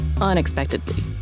unexpectedly